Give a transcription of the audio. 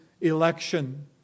election